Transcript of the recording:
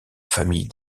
famille